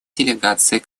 делегацией